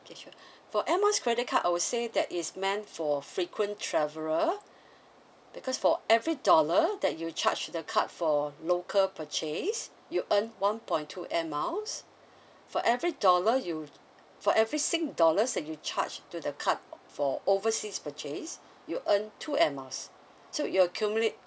okay sure for air miles credit card I would say that is meant for frequent traveler because for every dollar that you charge to the card for local purchase you earn one point two air miles for every dollar you for every sing dollars that you charge to the card for overseas purchase you earn two air miles so you accumulate